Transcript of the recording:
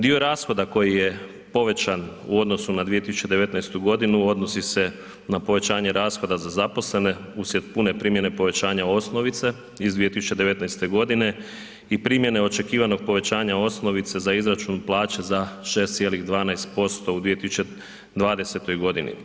Dio rashoda koji je povećan u odnosu na 2019. godinu odnosi se na povećanje rashoda za zaposlene uslijed pune primjene povećanja osnovice iz 2019. godine i primjene očekivanog povećanja osnovice za izračun plaća za 6,12% u 2020. godini.